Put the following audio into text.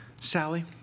Sally